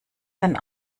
sein